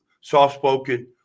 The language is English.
Soft-spoken